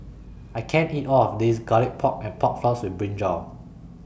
I can't eat All of This Garlic Pork and Pork Floss with Brinjal